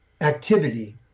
activity